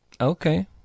Okay